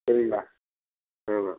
சரிங்களா ஆமாம்